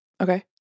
Okay